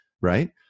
Right